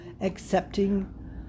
accepting